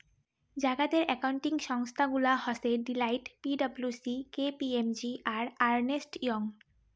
জাগাতের একাউন্টিং সংস্থা গুলা হসে Deloitte, P W C, K P M G, আর আর্নেস্ট ইয়ং